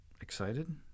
excited